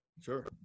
Sure